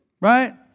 right